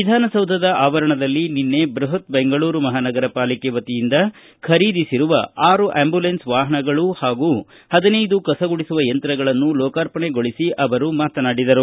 ವಿಧಾನಸೌಧ ಆವರಣದಲ್ಲಿ ನಿನ್ನೆ ಬೃಹತ್ ಬೆಂಗಳೂರು ಮಹಾನಗರ ಪಾಲಿಕೆ ವತಿಯಿಂದ ಖರೀದಿಸಿರುವ ಆರು ಆಂಬುಲೆನ್ಲ್ ವಾಹನಗಳು ಹಾಗೂ ಹದಿನೈದು ಕಸ ಗುಡಿಸುವ ಯಂತ್ರಗಳನ್ನು ಲೋಕಾರ್ಪಣೆಗೊಳಿಸಿ ಮಾತನಾಡಿದರು